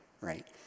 right